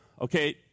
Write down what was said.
Okay